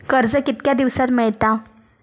कर्ज कितक्या दिवसात मेळता?